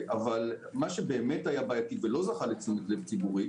אבל מה שבאמת היה בעייתי ולא זכה לתשומת לב ציבורית